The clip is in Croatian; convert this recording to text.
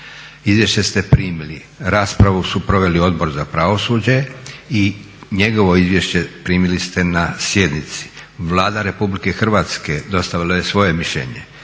Izvješće ste primili. Raspravu su proveli Odbor za pravosuđe i njegovo izvješće primili ste na sjednici. Vlada RH dostavila je svoje mišljenje.